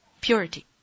purity